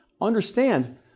Understand